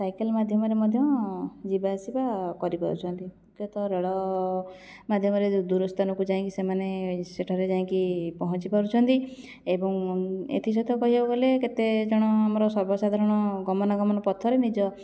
cycle ମାଧ୍ୟମରେ ମଧ୍ୟ ଯିବାଆସିବା କରିପାରୁଛନ୍ତି କେତ ରେଳ ମାଧ୍ୟମରେ ଦୂରସ୍ଥାନକୁ ଯାଇଁକି ସେମାନେ ସେଠାରେ ଯାଇଁକି ପହଞ୍ଚିପାରୁଛନ୍ତି ଏବଂ ଏଥିସହିତ କହିବାକୁ ଗଲେ କେତେ ଜଣ ଆମର ସର୍ବସାଧାରଣ ଗମନାଗମନ ପଥରେ ନିଜ